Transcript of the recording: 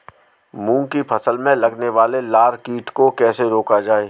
मूंग की फसल में लगने वाले लार कीट को कैसे रोका जाए?